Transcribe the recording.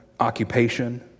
Occupation